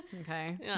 Okay